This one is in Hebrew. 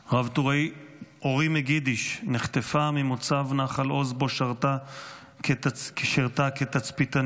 רב-טוראית אורי מגידיש נחטפה ממוצב נחל עוז שבו שירתה כתצפיתנית.